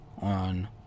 on